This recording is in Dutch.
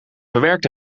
verwerkt